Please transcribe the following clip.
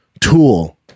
tool